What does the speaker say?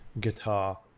guitar